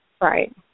Right